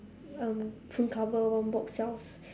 um phone cover one box sells